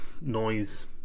noise